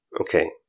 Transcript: Okay